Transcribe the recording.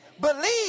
believe